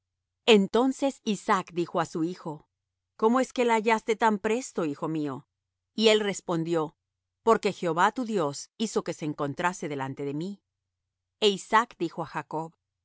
entonces isaac dijo á su hijo cómo es que la hallaste tan presto hijo mío y él respondió porque jehová tu dios hizo que se encontrase delante de mí e isaac dijo á jacob